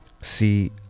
See